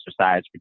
exercise